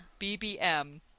BBM